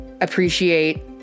appreciate